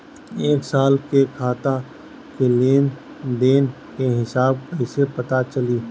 एक साल के खाता के लेन देन के हिसाब कइसे पता चली?